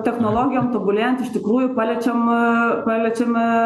technologijos tobulėjant iš tikrųjų paliečiama paliečiama